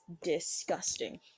disgusting